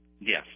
Yes